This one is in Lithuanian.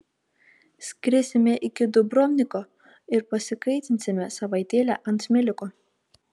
skrisime iki dubrovniko ir pasikaitinsime savaitėlę ant smėliuko